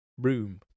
room